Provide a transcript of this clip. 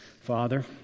Father